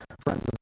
friends